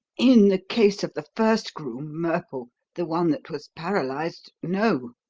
in the case of the first groom, murple, the one that was paralysed no,